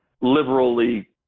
liberally